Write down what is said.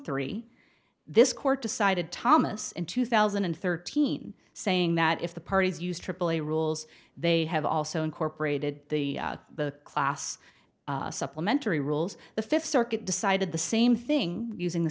three this court decided thomas in two thousand and thirteen saying that if the parties used aaa rules they have also incorporated the class supplementary rules the fifth circuit decided the same thing using the